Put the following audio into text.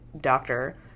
doctor